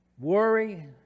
worry